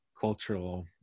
cultural